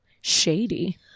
shady